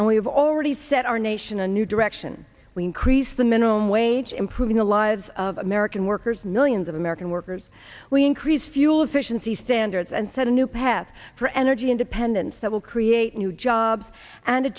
and we have already set our nation a new direction we increase the minimum wage improving the lives of american workers millions of american workers we increase fuel efficiency standards and set a new path for energy independence that will create new jobs and a